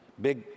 big